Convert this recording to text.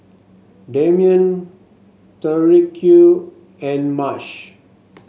Damien Tyrique and Marsh